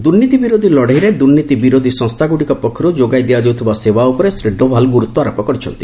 ଦୁର୍ନୀତି ବିରୋଧୀ ଲଢ଼େଇରେ ଦୁର୍ନୀତି ବିରୋଧୀ ସଂସ୍ଥାଗୁଡ଼ିକ ପକ୍ଷରୁ ଯୋଗାଇ ଦିଆଯାଉଥିବା ସେବା ଉପରେ ଶ୍ରୀ ଡୋଭାଲ୍ ଗୁରୁତ୍ୱାରୋପ କରିଛନ୍ତି